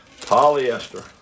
polyester